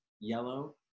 yellow